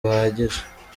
buhagije